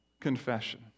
confession